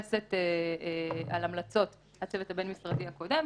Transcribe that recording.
שמבוססת על המלצות הצוות הבין-משרדי הקודם,